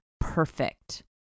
perfect